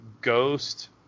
ghost